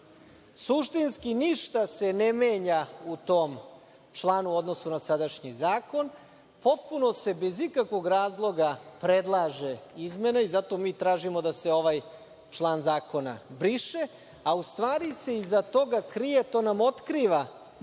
godine. Suštinski ništa se ne menja u tom članu u odnosu na sadašnji zakon. Potpuno se bez ikakvog razloga predlažu izmene i zato mi tražimo da se ovaj član zakona briše, a u stvari se iza toga krije, to nam otkriva